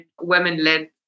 women-led